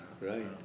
Right